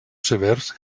severs